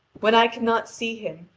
when i cannot see him,